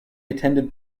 attended